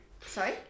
Sorry